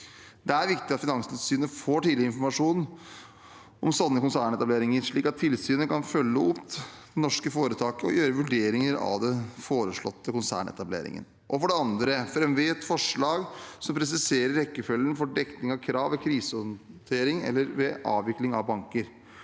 Det er viktig at Finanstilsynet får tidlig informasjon om sånne konsernetableringer, slik at tilsynet kan følge opp det norske foretaket og gjøre vurderinger av den foreslåtte konsernetableringen. For det andre fremmer vi et forslag som presiserer rekkefølgen for dekning av krav ved krisehåndtering eller ved avvikling av banker.